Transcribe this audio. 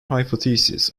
hypothesis